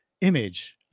image